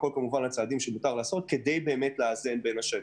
כדי לאזן בין השנים.